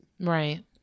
Right